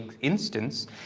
instance